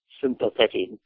sympathetic